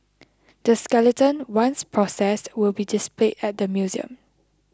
the skeleton once processed will be displayed at the museum